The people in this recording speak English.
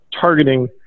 targeting